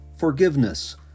Forgiveness